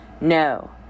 No